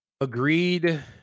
agreed